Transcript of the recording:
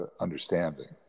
understanding